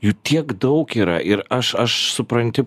jų tiek daug yra ir aš aš supranti